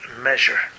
measure